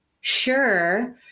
sure